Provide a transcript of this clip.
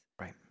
Right